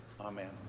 Amen